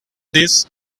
this